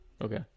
Okay